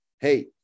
Hey